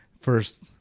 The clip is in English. first